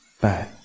bad